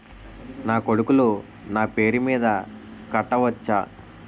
నా కొడుకులు నా పేరి మీద కట్ట వచ్చా?